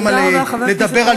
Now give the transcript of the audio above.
למה לדבר,